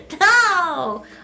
No